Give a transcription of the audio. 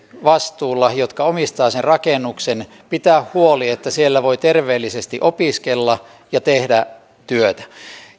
vastuulla jotka omistavat sen rakennuksen pitää huoli että siellä voi terveellisesti opiskella ja tehdä työtä